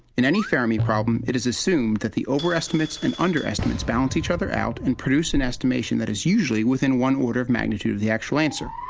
in any fermi problem, it is assumed that the overestimates and underestimates balance each other out, and produce an estimation that is usually within one order of magnitude of the actual answer.